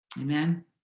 amen